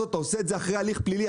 אתה עושה את זה לאחר הליך פלילי,